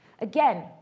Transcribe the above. Again